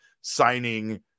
signing